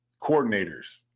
coordinators